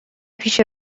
پیش